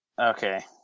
Okay